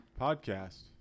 Podcast